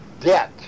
debt